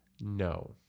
No